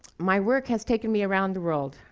my work has taken me around the world,